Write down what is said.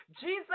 Jesus